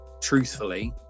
truthfully